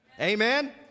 Amen